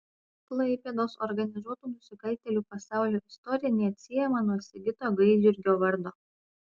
klaipėdos organizuotų nusikaltėlių pasaulio istorija neatsiejama nuo sigito gaidjurgio vardo